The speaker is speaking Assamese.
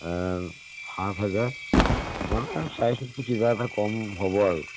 সাত হাজাৰ মানে চাই চিতিটো কিবা এটা কম হ'ব আৰু